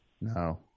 No